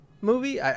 movie